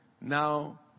now